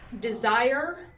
desire